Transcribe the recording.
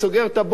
מילא,